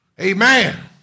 Amen